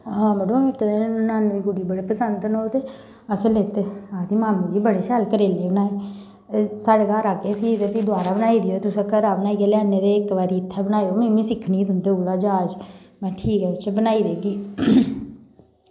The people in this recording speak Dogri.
हां मड़ो इक दिन नानूं दी कुड़ी गी बड़े पसंद न ओह् ते असें लेत्ते आखदी मामी जी बड़े शैल करेले बनाए साढ़ै घर आह्गे ते फ्ही द्वारा बनाई देओ तुस घरा बनाइयै लेआने दे इक बारी इत्थै बनायो में बी सिक्खनी तुंदे कोला जाच महां ठीक ऐ बच्चू बनाई देगी